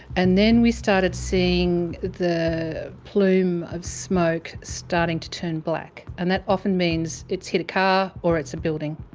and then we started seeing the plume of smoke starting to turn black and that often means it's hit a car or it's a building.